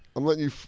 i'm lettin' you.